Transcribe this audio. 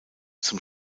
zum